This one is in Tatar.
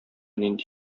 нинди